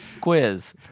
quiz